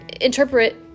interpret